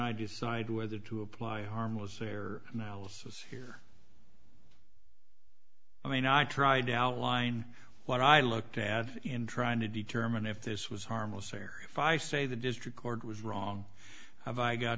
i decide whether to apply harmless error analysis here i mean i tried to outline what i looked at in trying to determine if this was harmless error if i say the district court was wrong have i got